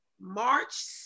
March